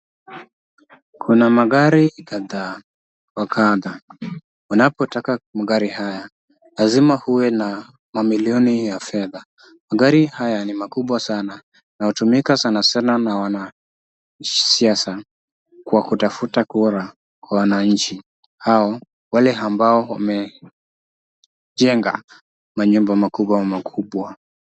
Kuna magari kadhaa wa kadha, wanapotaka magari haya lazima uwe na mamilioni ya fedha. Magari haya ni makubwa sana na hutumika sana sana na wanasiasa kwa kutafuta kura kwa wananchi. Hao, wale ambao wamejenga manyumba makubwa makubwa.